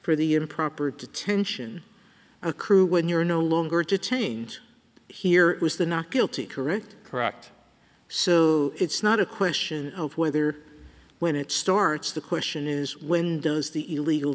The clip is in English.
for the improper detention accrue when you're no longer to change here is the not guilty correct correct so it's not a question of whether when it starts the question is when does the illegal